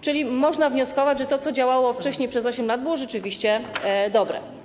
czyli można wnioskować, że to, co działało wcześniej, przez 8 lat, było rzeczywiście dobre.